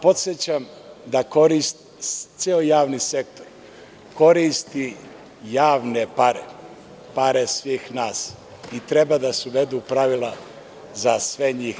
Podsećam da ceo javni sektor koristi javne pare, pare svih nas i treba da se uvedu ista pravila za sve njih.